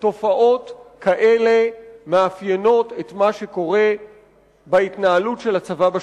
תופעות כאלה מאפיינות את מה שקורה בהתנהלות של הצבא בשטחים.